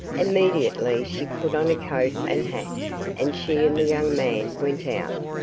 immediately she put on a coat and hat and she and the young man went out.